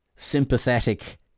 sympathetic